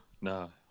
No